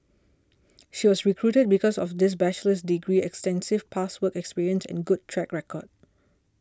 she was recruited because of this bachelor's degree extensive past work experience and good track record